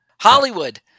Hollywood